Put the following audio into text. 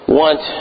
want